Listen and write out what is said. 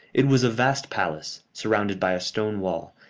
it was a vast palace, surrounded by a stone wall,